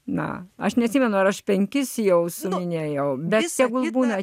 na aš neatsimenu ar aš penkis jau sudarinėjau bet jeigu būna